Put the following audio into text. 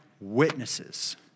witnesses